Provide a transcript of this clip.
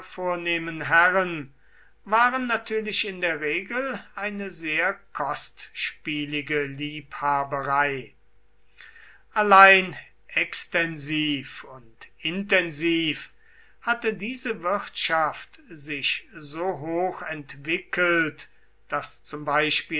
vornehmen herren waren natürlich in der regel eine sehr kostspielige liebhaberei allein extensiv und intensiv hatte diese wirtschaft sich so hoch entwickelt daß zum